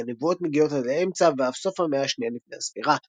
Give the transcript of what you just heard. כי הנבואות מגיעות עד לאמצע ואף סוף המאה השנייה לפני הספירה.